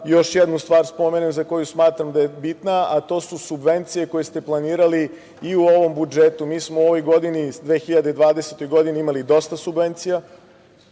još jednu stvar spomenem za koju smatram da je bitna, a to su subvencije koje ste planirali i u ovom budžetu. Mi smo u ovoj godini, 2020. godini imali dosta subvencija.